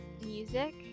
music